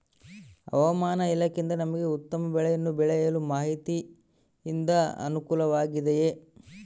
ಹವಮಾನ ಇಲಾಖೆಯಿಂದ ನಮಗೆ ಉತ್ತಮ ಬೆಳೆಯನ್ನು ಬೆಳೆಯಲು ಮಾಹಿತಿಯಿಂದ ಅನುಕೂಲವಾಗಿದೆಯೆ?